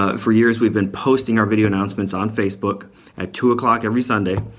ah for years we've been posting our video announcements on facebook at two o'clock every sunday.